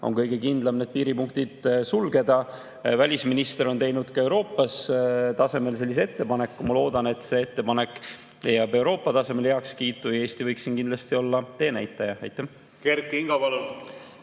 on kõige kindlam need piiripunktid sulgeda. Välisminister on teinud ka Euroopa tasemel sellise ettepaneku. Ma loodan, et see ettepanek leiab Euroopa tasemel heakskiitu. Eesti võiks siin kindlasti olla teenäitaja. Kert Kingo,